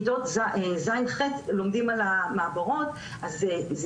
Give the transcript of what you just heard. כיתות ז' ח' לומדים על המעברות אז זה